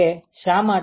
તે શા માટે